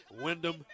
Wyndham